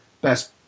best